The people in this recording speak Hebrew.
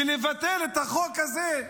ולבטל את החוק הזה.